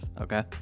Okay